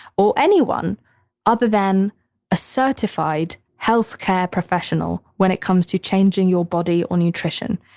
or anyone other than a certified healthcare professional when it comes to changing your body or nutrition.